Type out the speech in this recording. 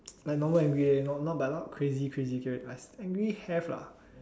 like normal angry leh not not but not crazy crazy angry have lah